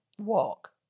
walk